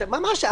ממש,